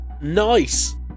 nice